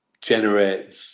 generate